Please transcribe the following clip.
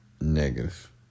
Negative